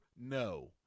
No